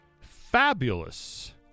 fabulous